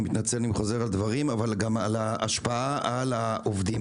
מתנצל אם אני חוזר על דברים - על ההשפעה על העובדים.